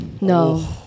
no